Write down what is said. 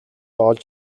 олж